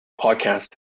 podcast